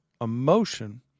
emotion